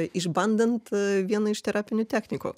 išbandant vieną iš terapinių technikų